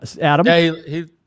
Adam